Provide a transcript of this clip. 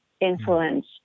Influence